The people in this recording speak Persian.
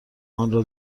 آنرا